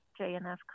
JNF